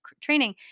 training